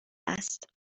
است